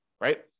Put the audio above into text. right